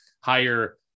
higher